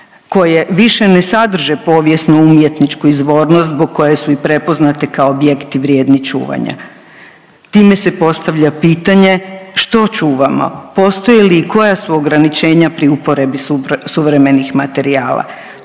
koje više ne sadrže povijesnu umjetničku izvornost zbog koje su i prepoznate kao objekti vrijedni čuvanja. Time se postavlja pitanje što čuvamo, postoji li i koja su ograničenja pri uporabi suvremenih materijala?